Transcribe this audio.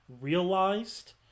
realized